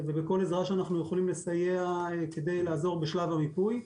ובכל עזרה שאנחנו יכולים כדי לעזור בשלב המיפוי.